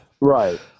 right